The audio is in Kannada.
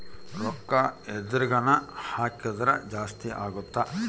ರೂಕ್ಕ ಎದ್ರಗನ ಹಾಕಿದ್ರ ಜಾಸ್ತಿ ಅಗುತ್ತ